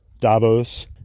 Davos